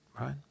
Right